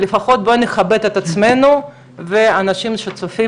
לפחות בואו נכבד את עצמנו והאנשים שצופים